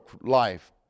life